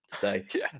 today